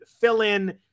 fill-in